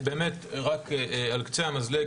זה יהיה רק על קצה המזלג,